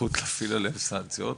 שיוצאות להפסקה,